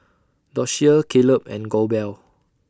Doshia Caleb and Goebel